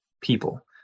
people